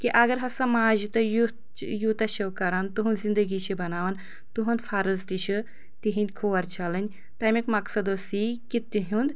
کہِ اَگر ہسا ماجہِ تُہۍ یُتھ یوٗتاہ چھِو کَران تُہُنٛد زِنٛدگی چھِ بَناوان تُہُنٛد فرض تہِ چھِ تِہٕنٛدۍ کھور چھَلٕنۍ تَمیُک مقصد اوس یی کہِ تِہُنٛد